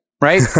right